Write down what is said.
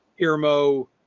Irmo